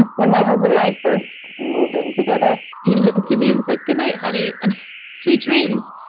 when my husband and i first moved in together, he looked at me and was like, good night, honey. and sweet dreams.